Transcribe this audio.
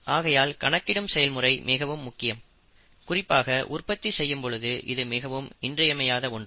ஆகையால் கணக்கிடும் செயல்முறை மிகவும் முக்கியம் குறிப்பாக உற்பத்தி செய்யும் பொழுது இது மிகவும் இன்றியமையாத ஒன்று